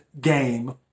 game